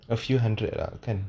a few hundred lah can